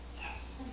yes